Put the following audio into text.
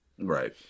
right